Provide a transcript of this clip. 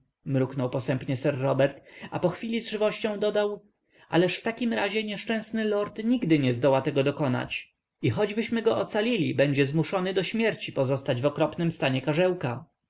mruknął posępnie sir robert a po chwili z żywością dodał ależ w takim razie nieszczęśliwy lord nigdy nie zdoła tego dokazać i choćbyśmy go ocalili będzie zmuszony do śmierci pozostać w okropnym stanie karzełka